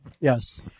yes